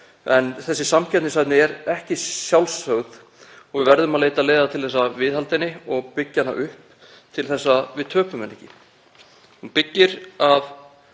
en þessi samkeppnishæfni er ekki sjálfsögð og við verðum að leita leiða til að viðhalda henni og byggja hana upp til þess að við töpum henni ekki. Ferðaþjónustan